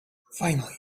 finally